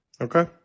Okay